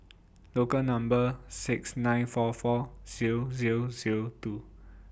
Local Number six nine four four Zero Zero Zero two